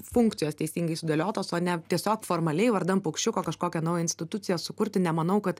funkcijos teisingai sudėliotos o ne tiesiog formaliai vardan paukščiuko kažkokią naują instituciją sukurti nemanau kad